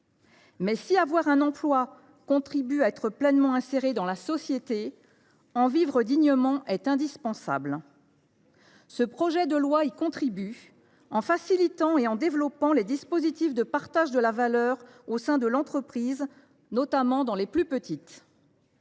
si avoir un emploi contribue à être pleinement inséré dans la société, en vivre dignement est indispensable. Ce projet de loi y contribue, en facilitant et en développant les dispositifs de partage de la valeur au sein des entreprises, notamment dans les plus petites.